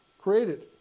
created